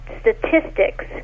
statistics